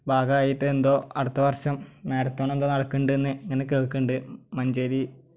ഭാഗമായിട്ട് എന്തോ അടുത്തവർഷം മാരത്തോൺ എന്തോ നടക്കുന്നുണ്ട് എന്ന് ഇങ്ങനെ കേൾക്കുന്നുണ്ട് മഞ്ചേരി